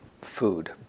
food